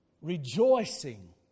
rejoicing